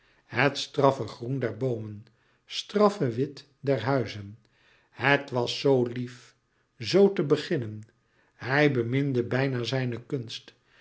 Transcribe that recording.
het straffe groen der boomen straffe wit der huizen het was zoo lief zoo te beginnen hij beminde bijna zijne kunst